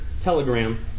telegram